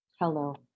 Hello